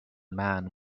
man